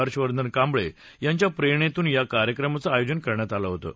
हर्षवर्धन कांबळे यांच्या प्रेरणेतून या कार्यक्रमाचं आयोजन करण्यात आलं होतं